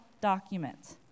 document